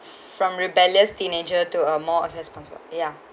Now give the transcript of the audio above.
from rebellious teenager to a more ob~ person ya